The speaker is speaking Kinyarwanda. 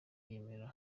yemera